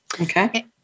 Okay